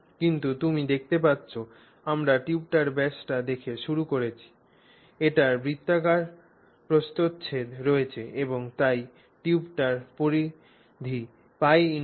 কিন্তু তুমি দেখতে পাচ্ছ আমরা টিউবটির ব্যাসটি দেখে শুরু করেছি এটির বৃত্তাকার প্রস্থচ্ছেদ রয়েছে এবং তাই টিউবটির পরিধি π × D